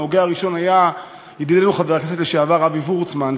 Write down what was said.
ההוגה הראשון היה ידידנו חבר הכנסת לשעבר אבי וורצמן,